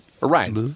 right